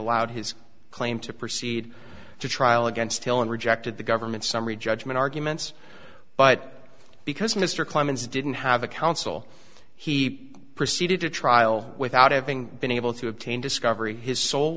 allowed his claim to proceed to trial against hill and rejected the government's summary judgment arguments but because mr clemens didn't have a counsel he proceeded to trial without having been able to obtain discovery his so